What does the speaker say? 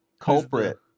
culprit